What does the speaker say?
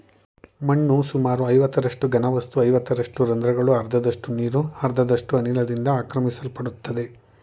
ಮಣ್ಣು ಸುಮಾರು ಐವತ್ತರಷ್ಟು ಘನವಸ್ತು ಐವತ್ತರಷ್ಟು ರಂದ್ರಗಳು ಅರ್ಧದಷ್ಟು ನೀರು ಅರ್ಧದಷ್ಟು ಅನಿಲದಿಂದ ಆಕ್ರಮಿಸಲ್ಪಡ್ತದೆ